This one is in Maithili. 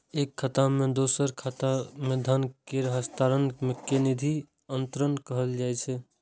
एक खाता सं दोसर खाता मे धन केर हस्तांतरण कें निधि अंतरण कहल जाइ छै